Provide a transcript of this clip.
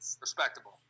Respectable